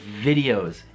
videos